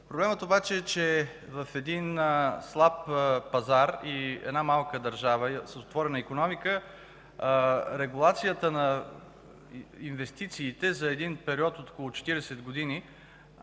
Проблемът обаче е, че в един слаб пазар и една малка държава с отворена икономика регулацията на инвестициите за период от около 40 години